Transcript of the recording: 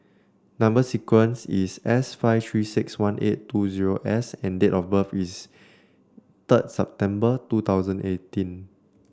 number sequence is S five Three six one eight two zero S and date of birth is third December two thousand eighteen